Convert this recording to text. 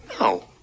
No